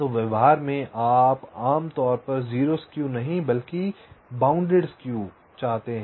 तो व्यवहार में आप आमतौर पर 0 स्क्यू नहीं बल्कि बंधे हुए स्क्यू चाहते हैं